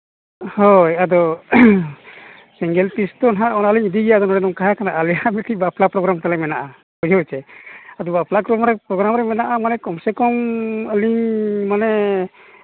ᱦᱳᱭ ᱟᱫᱚ single piece ᱛᱚ ᱚᱱᱟᱞᱤᱧ ᱤᱫᱤᱭᱟ ᱠᱟᱛᱷᱟ ᱦᱩᱭᱩᱜ ᱠᱟᱱᱟ ᱟᱞᱮᱭᱟᱜ ᱢᱤᱫᱴᱟᱱ ᱵᱟᱯᱞᱟ ᱯᱨᱳᱜᱽᱨᱟᱢ ᱛᱟᱞᱮ ᱢᱮᱱᱟᱜᱼᱟ ᱦᱮᱸᱪᱮ ᱟᱫᱚ ᱵᱟᱯᱞᱟ ᱠᱚ ᱯᱨᱳᱜᱽᱨᱟᱢ ᱨᱮ ᱢᱮᱱᱟᱜᱼᱟ ᱢᱟᱱᱮ ᱠᱚᱢ ᱥᱮ ᱠᱚᱢ ᱟᱹᱞᱤᱧ ᱢᱟᱱᱮ